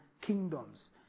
kingdoms